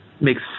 makes